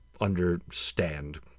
understand